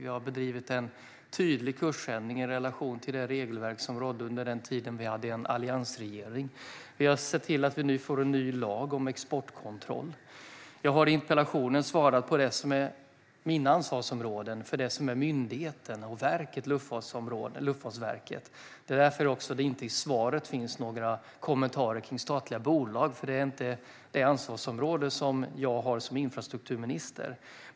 Vi har gjort en tydlig kursändring i relation till det regelverk som rådde under den tiden vi hade en alliansregering. Vi har sett till att vi nu får en ny lag om exportkontroll. Jag har i mitt interpellationssvar svarat på det som är mina ansvarsområden som gäller myndigheten och verket Luftfartsverket. Det är därför det inte i svaret finns några kommentarer om statliga bolag. Det är inte det ansvarsområde som jag har som infrastrukturminister.